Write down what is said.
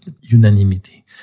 unanimity